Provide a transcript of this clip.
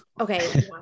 okay